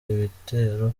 ibitero